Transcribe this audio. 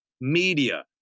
media